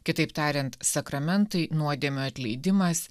kitaip tariant sakramentai nuodėmių atleidimas